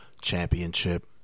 Championship